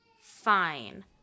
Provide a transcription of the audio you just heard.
Fine